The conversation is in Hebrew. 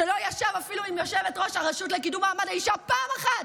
שלא ישב אפילו עם יושבת-ראש הרשות לקידום מעמד האישה פעם אחת,